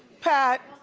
pat,